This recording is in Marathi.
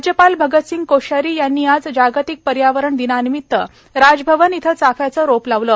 राज्यपाल भगतसिंह कोश्यारी यांनी आज जागतिक पर्यावरण दिनानिमित्त राजभवन येथे चाफ्याचे रोप लावले